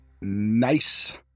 Nice